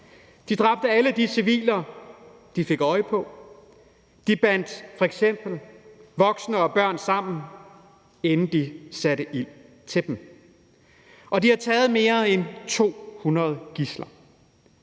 De dræbte alle de civile, de fik øje på. De bandt voksne og børn sammen, inden de satte ild til dem, og de har taget mere end 200 gidsler.